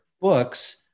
books